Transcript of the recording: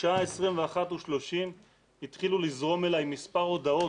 בשעה 21:30 התחילו לזרום אליי מספר הודעות,